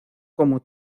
como